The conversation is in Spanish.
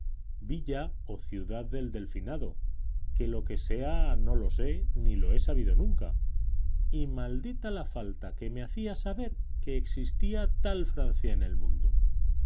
villa o ciudad del delfinado que lo que sea no lo sé ni lo he sabido nunca y maldita la falta que me hacía saber que existía tal francia en el mundo